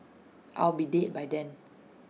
I'll be dead by then